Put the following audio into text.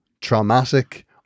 traumatic